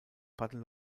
paddel